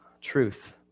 Truth